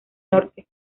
norte